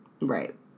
Right